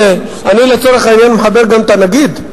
אני, לצורך העניין, מחבר גם את הנגיד.